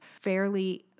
fairly